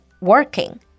working